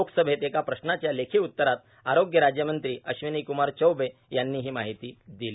लोकसभेत एका प्रश्नाच्या लेखी उत्तरात आरोग्य राज्यमंत्री अश्विनिक्मार चौबे यांनी ही माहिती दिली